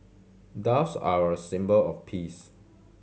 doves are a symbol of peace